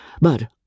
But